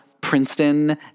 Princeton